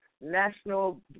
national